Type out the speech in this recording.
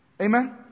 amen